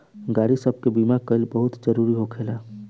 गाड़ी सब के बीमा कइल बहुते जरूरी होखेला